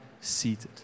seated